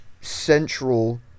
central